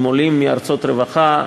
לגבי עולים מארצות רווחה,